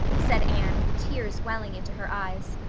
said anne, tears welling into her eyes.